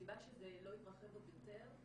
הסיבה שזה לא התרחב עוד יותר,